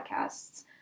podcasts